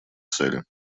цели